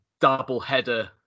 doubleheader